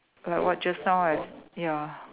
like what just now I ya